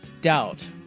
doubt